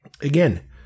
again